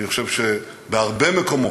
אני חושב שבהרבה מקומות,